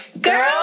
Girl